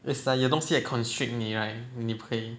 it's like 有东西 constrict 你 right then 你不可以